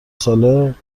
ساله